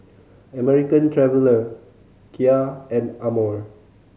American Traveller Kia and Amore